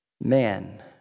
man